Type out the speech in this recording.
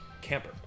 Camper